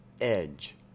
EDGE